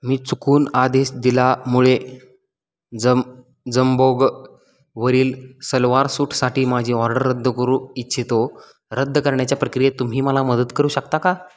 मी चुकून आदेश दिला मुळे जम जम्बोग वरील सलवार सूटसाठी माझी ऑर्डर रद्द करू इच्छितो रद्द करण्याच्या प्रक्रियेत तुम्ही मला मदत करू शकता का